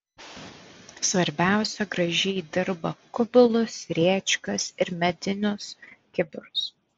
svarbiausia gražiai dirba kubilus rėčkas ir medinius kibirus